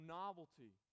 novelty